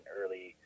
early